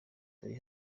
turi